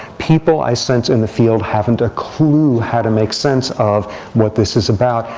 people, i sense, in the field haven't a clue how to make sense of what this is about,